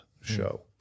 show